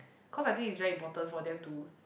cause I think is very important for them to